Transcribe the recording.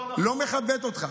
לא מכבדת אותך.